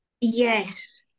yes